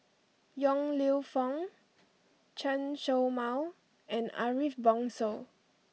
Yong Lew Foong Chen Show Mao and Ariff Bongso